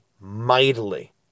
mightily